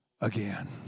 again